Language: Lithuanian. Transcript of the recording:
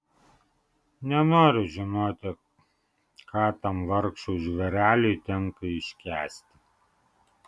nenoriu žinoti ką tam vargšui žvėreliui tenka iškęsti